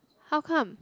how come